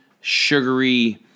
sugary